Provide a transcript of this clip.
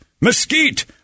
mesquite